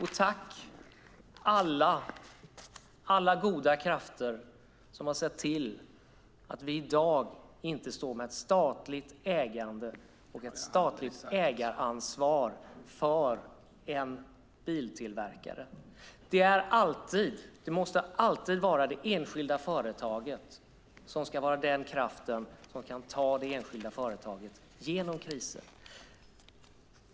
Herr talman! Tack alla goda krafter som har sett till att vi i dag inte står med ett statligt ägande och ett statligt ägaransvar för en biltillverkare! Det måste alltid vara det enskilda företaget som är den kraft som kan ta det enskilda företaget genom kriser.